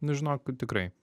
nu žinokit tikrai